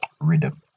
rhythm